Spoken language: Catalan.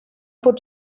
pot